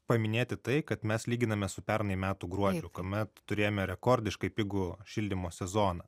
paminėti tai kad mes lyginame su pernai metų gruodžiu kuomet turėjome rekordiškai pigų šildymo sezoną